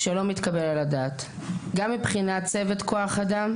כשלא מתקבל על הדעת, גם מבחינת צוות כוח אדם,